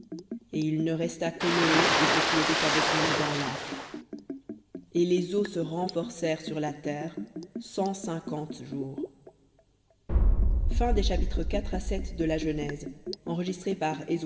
et il ne resta que noé et ce qui était avec lui dans larche et les eaux se renforcèrent sur la terre cent cinquante jours v